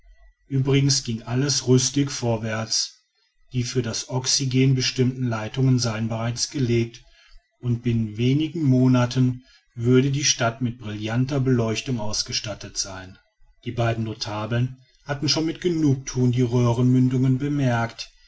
uebrigens ginge alles rüstig vorwärts die für das oxygen bestimmten leitungen seien bereits gelegt und binnen wenigen monaten würde die stadt mit brillanter beleuchtung ausgestattet sein die beiden notabeln hatten schon mit genugthuung die röhrenmündungen bemerkt